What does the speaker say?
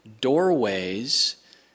doorways